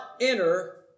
enter